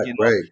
Right